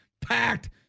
packed